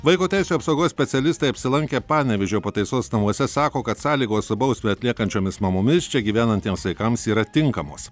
vaiko teisių apsaugos specialistai apsilankė panevėžio pataisos namuose sako kad sąlygos su bausmę atliekančiomis mamomis čia gyvenantiems vaikams yra tinkamos